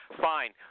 fine